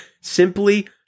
Simply